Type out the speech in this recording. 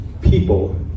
people